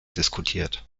diskutiert